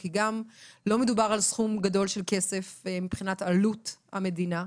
כי גם לא מדובר על סכום גדול של כסף מבחינת עלות המדינה,